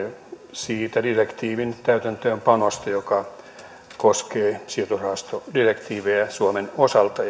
siitä direktiivin täytäntöönpanosta joka koskee sijoitusrahastodirektiiviä suomen osalta